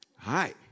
Hi